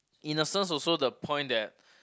innocence also the point that